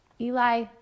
Eli